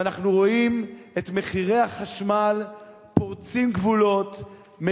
ואנחנו רואים את מחירי החשמל פורצים גבולות,